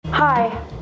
Hi